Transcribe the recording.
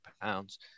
pounds